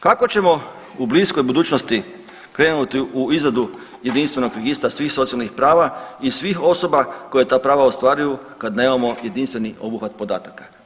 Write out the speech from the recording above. Kako ćemo u bliskoj budućnosti krenuti u izradu jedinstvenog registra svih socijalnih prava i svih osoba koja ta prava ostvaruju kad nemamo jedinstveni obuhvat podataka.